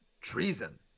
Treason